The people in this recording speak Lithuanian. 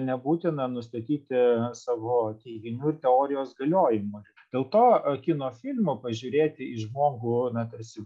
nebūtina nustatyti savo teiginių ir teorijos galiojimo dėl to kino filmo pažiūrėti į žmogų na tarsi